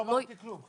עוד לא אמרתי כלום.